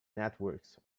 networks